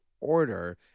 order